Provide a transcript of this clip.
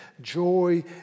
joy